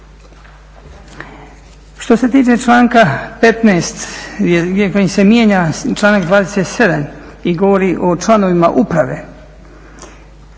Što se tiče članka 15. kojim se mijenja članak 27. i govori o članovima uprave,